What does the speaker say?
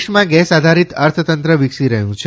દેશમાં ગેસ આધારીત અર્થતંત્ર વિકસી રહ્યું છે